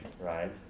right